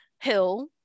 hill